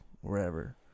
wherever